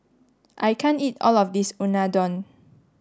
I can't eat all of this Unadon